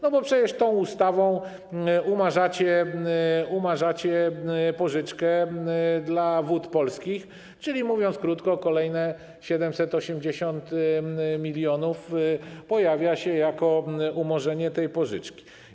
No bo przecież tą ustawą umarzacie pożyczkę dla Wód Polskich, czyli, mówiąc krótko, kolejne 780 mln pojawia się jako umorzenie tej pożyczki.